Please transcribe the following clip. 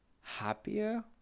happier